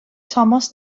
tomos